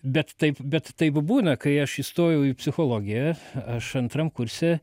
bet taip bet taip būna kai aš įstojau į psichologiją aš antram kurse